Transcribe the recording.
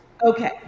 Okay